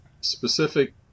specific